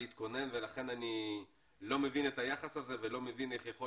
להתכונן ולכן אני לא מבין את היחס הזה ולא מבין איך יכול